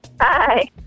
Hi